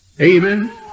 Amen